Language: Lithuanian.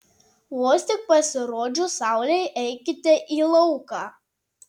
vos tik pasirodžius saulei eikite į lauką